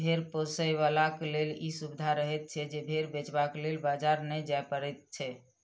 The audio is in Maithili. भेंड़ पोसयबलाक लेल ई सुविधा रहैत छै जे भेंड़ बेचबाक लेल बाजार नै जाय पड़ैत छै